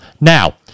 Now